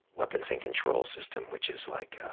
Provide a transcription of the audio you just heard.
weapons and control system, which is like